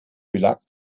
belag